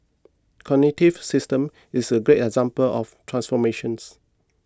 Cognitive Systems is a great example of transformations